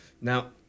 Now